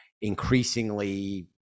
increasingly